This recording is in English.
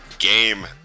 Game